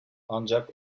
ancak